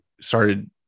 started